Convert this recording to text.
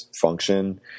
function